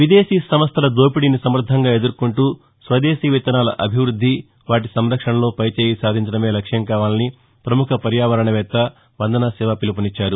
విదేశీ సంస్టల దోపిడీని సమర్థంగా ఎదుర్కొంటూ స్వదేశీ విత్తనాల అభివృద్ధి వాటి సంరక్షణలో పైచేయి సాధించడమే లక్ష్యం కావాలని ప్రముఖ పర్యావరణవేత్త వందనాశివ పిలుపునిచ్చారు